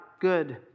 good